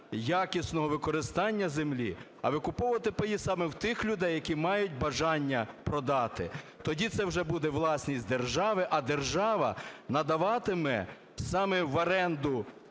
якісного використання землі. А викуповувати паї саме у тих людей, які мають бажання продати. Тоді це вже буде власність держави, а держава надаватиме саме в оренду